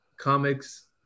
Comics